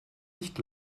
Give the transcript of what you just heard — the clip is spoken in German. nicht